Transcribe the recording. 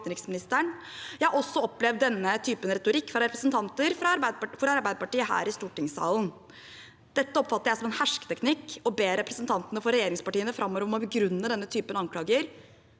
Jeg har også opplevd denne typen retorikk fra representanter for Arbeiderpartiet her i stortingssalen. Dette oppfatter jeg som hersketeknikk, og ber representantene for regjeringspartiene framover om å begrunne denne typen anklager